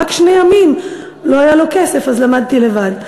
רק שני ימים לא היה לו כסף אז למדתי לבד.